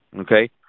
okay